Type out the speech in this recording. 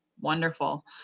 wonderful